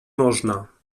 można